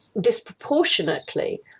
disproportionately